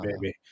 baby